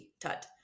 TUT